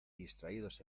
distraídos